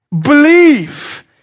Believe